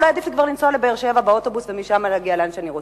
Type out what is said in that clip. אולי עדיף לי כבר לנסוע לבאר-שבע באוטובוס ומשם להגיע לאן שאני רוצה.